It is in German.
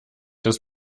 dass